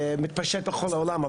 מתפשט בכל העולם,